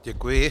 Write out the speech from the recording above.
Děkuji.